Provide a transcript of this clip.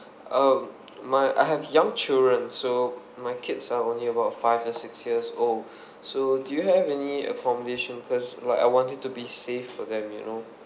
um my I have young children so my kids are only about five to six years old so do you have any accommodation cause like I want it to be safe for them you know